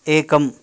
एकम्